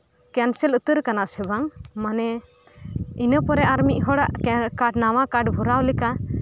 cancel ᱩᱛᱟᱹᱨ ᱠᱟᱱᱟ ᱥᱮ ᱵᱟᱝ ᱤᱱᱟᱹ ᱯᱚᱨᱮ ᱟᱨ ᱢᱤᱫ ᱦᱚᱲᱟᱜ ᱱᱟᱣᱟ ᱠᱟᱨᱰ ᱵᱷᱚᱨᱟᱣ ᱞᱮᱠᱟ